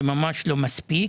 אבל זה לא מספיק,